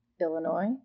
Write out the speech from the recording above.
Illinois